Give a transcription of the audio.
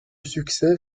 succès